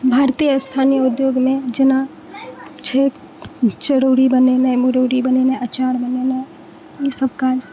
भारतीय स्थानीय उद्योगमे जेना छै चरौड़ी बनेनाइ मुरौरी बनेनाइ अचार बनेनाइ ई सब काज